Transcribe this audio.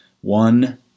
One